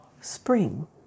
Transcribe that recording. Spring